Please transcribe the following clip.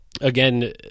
again